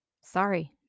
Sorry